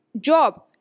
job